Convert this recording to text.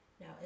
Now